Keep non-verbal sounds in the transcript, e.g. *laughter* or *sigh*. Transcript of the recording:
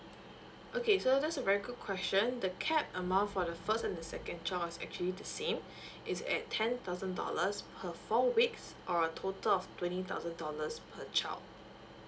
okay so that's a very good question the cap amount for the first and the second child is actually the same *breath* it's at ten thousand dollars per four weeks or a total of twenty thousand dollars per child